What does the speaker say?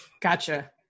Gotcha